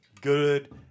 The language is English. Good